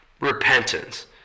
repentance